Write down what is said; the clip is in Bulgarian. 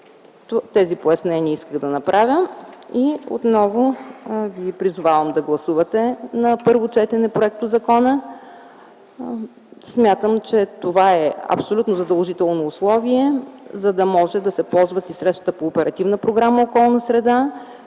Тези пояснения исках да направя. Отново ви призовавам да гласувате законопроекта на първо четене. Смятам, че това е абсолютно задължително условие, за да може да се ползват и средствата по Оперативна програма „Околна среда”,